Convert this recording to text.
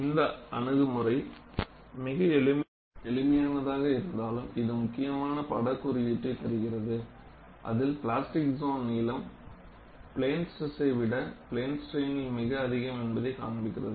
இந்த அணுகுமுறை மிகவும் எளிமையானதாக இருந்தாலும்இது முக்கியமான பட குறிப்பீட்டை தருகிறதுஅதில் பிளாஸ்டிக் சோன் நீளம் பிளேன் ஸ்டிரஸை விட பிளேன் ஸ்ட்ரைன்யில் மிக அதிகம் என்பதை காண்பிக்கிறது